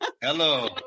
Hello